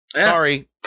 Sorry